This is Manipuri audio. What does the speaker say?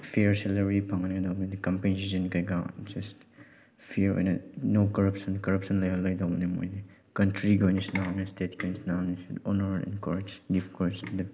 ꯐꯤꯌꯔ ꯁꯦꯂꯔꯤ ꯐꯪꯍꯟꯒꯗꯕꯅꯤ ꯀꯝꯄꯦꯟꯁꯦꯁꯟ ꯀꯩꯀꯥ ꯖꯁ ꯐꯤꯌꯔ ꯑꯣꯏꯅ ꯅꯣ ꯀꯔꯞꯁꯟ ꯀꯔꯞꯁꯟ ꯂꯩꯍꯜꯂꯣꯏꯗꯕꯅꯤ ꯃꯣꯏꯗꯤ ꯀꯟꯇ꯭ꯔꯤꯒꯤ ꯑꯣꯏꯅ ꯁꯥꯟꯅꯕꯅꯤ ꯏꯁꯇꯦꯠꯀꯤ ꯑꯣꯏꯅ ꯁꯥꯟꯅꯕꯅꯤ ꯁꯨꯗ ꯑꯣꯅꯔ ꯑꯦꯟ ꯏꯟꯀꯔꯦꯖ ꯒꯤꯐ ꯀꯣꯔꯁ ꯅꯤꯠ